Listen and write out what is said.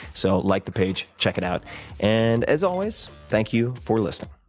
so like the page, check it out and as always, thank you for listening